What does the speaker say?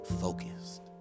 focused